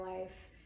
life